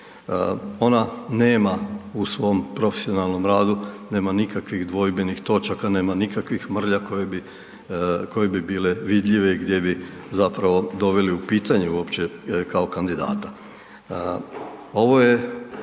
Ona nema u svom profesionalnom radu, nema nikakvih dvojbenih točaka, nema nikakvih mrlja koje bi bile vidljive gdje bi je doveli u pitanje uopće kao kandidata. Ovo je